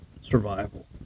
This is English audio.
survival